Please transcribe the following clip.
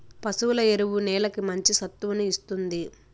పశువుల ఎరువు నేలకి మంచి సత్తువను ఇస్తుంది